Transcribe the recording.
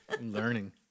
learning